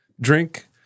drink